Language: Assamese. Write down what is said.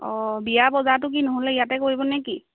অঁ বিয়া বজাৰটো কি নহ'লে ইয়াতে কৰিব নেকি